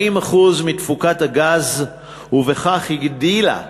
40% מתפוקת הגז, ובכך הגדילה